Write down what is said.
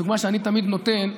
הדוגמה שאני תמיד נותן,